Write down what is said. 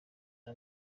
ngo